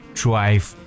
drive